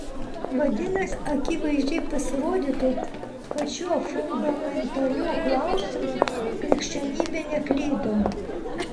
vadinasi akivaizdžiai pasirodytų kad šiuo fundamentaliu klausimu krikščionybė neklydo